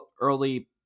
early